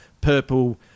purple